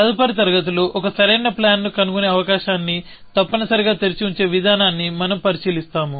తదుపరి తరగతిలో ఒక సరైన ప్లాన్ ను కనుగొనే అవకాశాన్ని తప్పనిసరిగా తెరిచి ఉంచే విధానాన్ని మనం పరిశీలిస్తాము